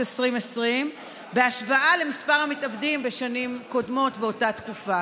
2020 בהשוואה למספר המתאבדים בשנים קודמות באותה תקופה?